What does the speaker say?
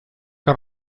que